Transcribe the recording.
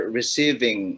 receiving